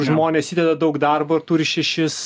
žmonės įdeda daug darbo ir turi šešis